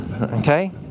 okay